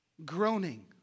groaning